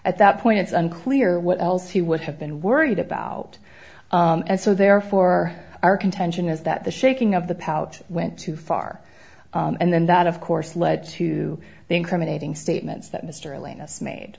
at that point it's unclear what else he would have been worried about and so therefore our contention is that the shaking of the pout went too far and then that of course led to the incriminating statements that mr lantos made